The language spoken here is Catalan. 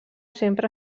sempre